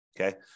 okay